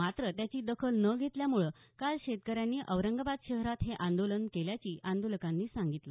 मात्र त्याची दखल न घेतल्यामुळे काल शेतकऱ्यांनी औरंगाबाद शहरात हे आंदोलन केल्याचं आंदोलकांनी सांगितलं